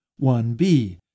1B